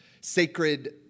sacred